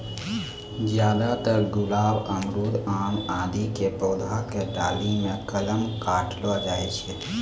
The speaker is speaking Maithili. ज्यादातर गुलाब, अमरूद, आम आदि के पौधा के डाली मॅ कलम काटलो जाय छै